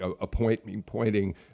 appointing